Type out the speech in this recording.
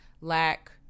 lack